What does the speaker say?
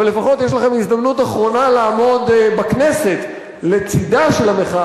אבל לפחות יש לכם הזדמנות אחרונה לעמוד בכנסת לצדה של המחאה